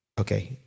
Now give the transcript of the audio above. okay